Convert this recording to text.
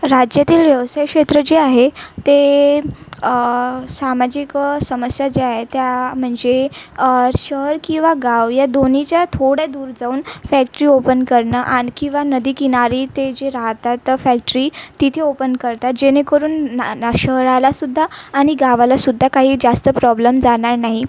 राज्यातील व्यवसाय क्षेत्र जे आहे ते सामाजिक समस्या ज्या आहे त्या म्हणजे शहर किंवा गाव या दोन्हीच्या थोड्या दूर जाऊन फॅक्टरी ओपन करणं आणि किंवा नदीकिनारी ते जे राहतात तर फॅक्टरी तिथे ओपन करतात जेणेकरून ना शहरालासुद्धा आणि गावालासुद्धा काही जास्त प्रॉब्लम जाणार नाही